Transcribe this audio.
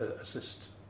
assist